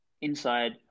inside